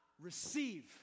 receive